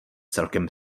celkem